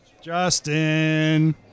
Justin